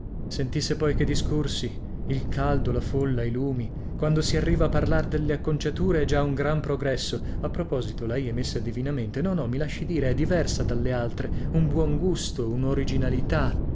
sentisse poi che discorsi il caldo la folla i lumi quando si arriva a parlar delle acconciature è già un gran progresso a proposito lei è messa divinamente no no mi lasci dire è diversa dalle altre un buon gusto unoriginalità